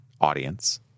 audience